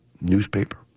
newspaper